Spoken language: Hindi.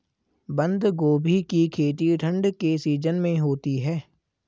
बंद गोभी की खेती ठंड के सीजन में होती है